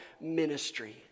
ministry